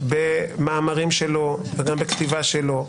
במאמרים שלו וגם בכתיבה שלו,